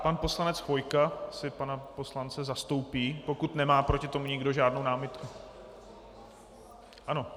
Pan poslanec Chvojka asi pana poslance zastoupí, pokud nemá proti nikdo žádnou námitku.